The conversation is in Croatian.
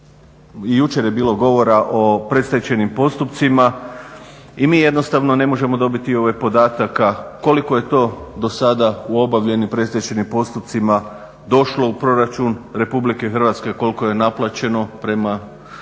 i jučer je bilo govora o predstečajnim postupcima i mi jednostavno ne možemo dobiti ovaj podatak koliko je to do sada u obavljenim predstečajnim postupcima došlo u proračun Republike Hrvatske, koliko je naplaćeno prema završenim